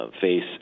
face